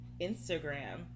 Instagram